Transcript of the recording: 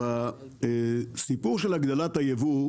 בנושא הגדלת הייבוא,